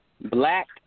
Black